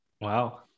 Wow